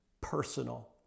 personal